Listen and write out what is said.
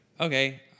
okay